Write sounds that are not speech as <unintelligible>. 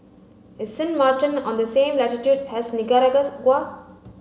is Sint Maarten on the same latitude has <unintelligible>